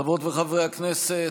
חברות וחברי הכנסת,